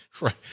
Right